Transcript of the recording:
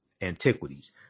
antiquities